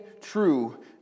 true